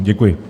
Děkuji.